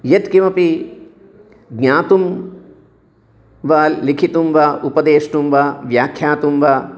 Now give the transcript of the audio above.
यत्किमपि ज्ञातुं वा लिखितुं वा उपदेष्टुं वा व्याख्यातुम् वा